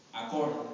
according